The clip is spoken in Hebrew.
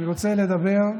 אני רוצה לדבר,